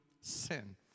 sin